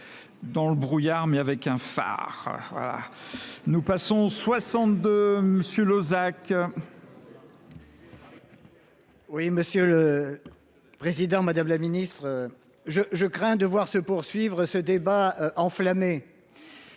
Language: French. dans le brouillard, mais avec un phare. Voilà. Nous passons au 62, M. Losac. Losac. Oui, Monsieur le Président, Madame la Ministre, je crains de voir se poursuivre ce débat enflammé.